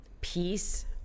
peace